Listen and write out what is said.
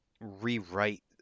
rewrite